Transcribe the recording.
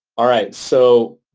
all right. so,